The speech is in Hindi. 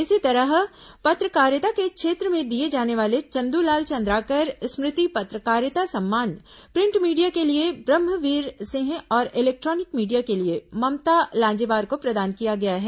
इसी तरह पत्रकारिता के क्षेत्र में दिए जाने वाला चंद्रलाल चंद्राकर स्मृति पत्रकारिता सम्मान प्रिंट मीडिया के लिए ब्रम्हवीर सिंह और इलेक्ट्रॉनिक मीडिया के लिए ममता लांजेवार को प्रदान किया गया है